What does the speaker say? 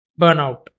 Burnout